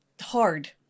hard